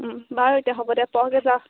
বাৰু এতিয়া হ'ব দে পঢ়গে যা